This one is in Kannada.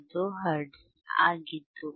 15 ಹರ್ಟ್ಜ್ ಆಗಿತ್ತು